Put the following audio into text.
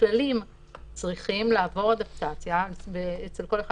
הכללים צריכים לעבור התאמה אצל כל אחד